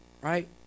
right